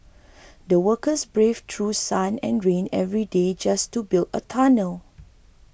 the workers braved through sun and rain every day just to build a tunnel